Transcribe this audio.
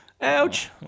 Ouch